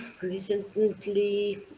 recently